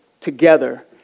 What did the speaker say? together